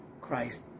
Christ